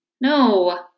no